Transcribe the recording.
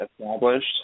established